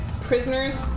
prisoners